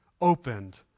opened